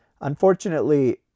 Unfortunately